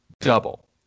Double